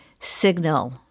signal